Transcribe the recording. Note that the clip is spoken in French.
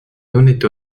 honnête